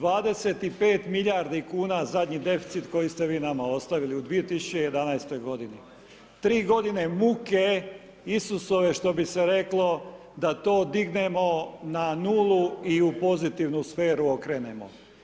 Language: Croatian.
25 milijardi kuna zadnji deficit koji ste vi nama ostavili u 2011. g. Tri godine muke Isusove, što bi se reklo, da to dignemo na nulu i u pozitivnu sferu okrenemo.